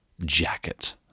jacket